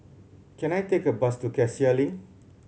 can I take a bus to Cassia Link